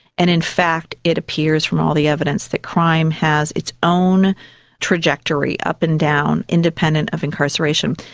and in fact it appears from all the evidence that crime has its own trajectory up and down, independent of incarceration.